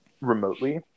remotely